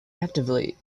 actively